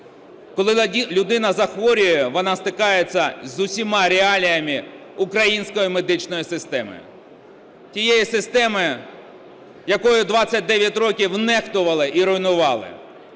Коли людина захворює, вона стикається з усіма реаліями української медичної системи, тієї системи, якою 29 років нехтували і руйнували.